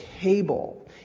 cable